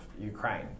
Ukraine